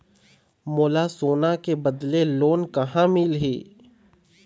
मोला सोना के बदले लोन कहां मिलही?